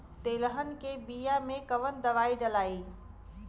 तेलहन के बिया मे कवन दवाई डलाई?